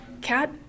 Cat